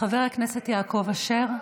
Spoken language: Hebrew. חבר הכנסת יעקב אשר,